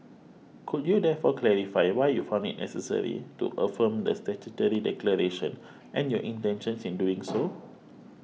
could you therefore clarify why you found it necessary to affirm the statutory declaration and your intentions in doing so